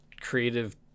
creative